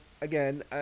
again